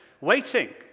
waiting